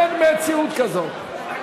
אין מציאות כזאת.